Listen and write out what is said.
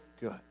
good